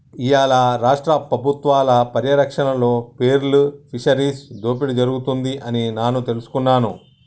ఇయ్యాల రాష్ట్ర పబుత్వాల పర్యారక్షణలో పేర్ల్ ఫిషరీస్ దోపిడి జరుగుతుంది అని నాను తెలుసుకున్నాను